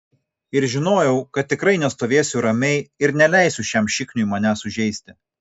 ir žinojau kad tikrai nestovėsiu ramiai ir neleisiu šiam šikniui manęs sužeisti